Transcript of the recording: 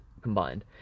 combined